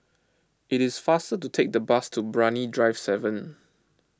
it is faster to take the bus to Brani Drive seven